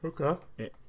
Okay